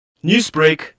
Newsbreak